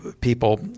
people